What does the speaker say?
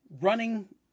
running